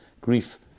grief